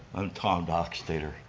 i'm tom dockstader.